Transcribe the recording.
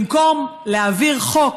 ובמקום להעביר חוק,